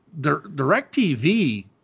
DirecTV